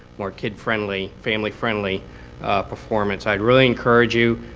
more kid-friendly, family-friendly performance. i'd really encourage you.